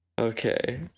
Okay